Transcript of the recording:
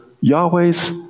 Yahweh's